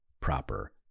proper